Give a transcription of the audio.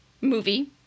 movie